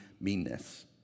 meanness